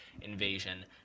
invasion